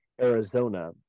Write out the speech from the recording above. Arizona